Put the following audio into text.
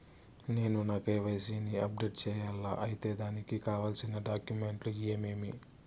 నేను నా కె.వై.సి ని అప్డేట్ సేయాలా? అయితే దానికి కావాల్సిన డాక్యుమెంట్లు ఏమేమీ?